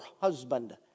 husband